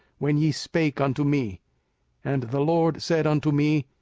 when ye spake unto me and the lord said unto me,